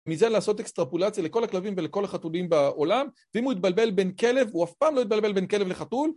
מזה לעשות אקסטרפולציה לכל הכלבים ולכל החתולים בעולם ואם הוא יתבלבל בין כלב, הוא אף פעם לא יתבלבל בין כלב לחתול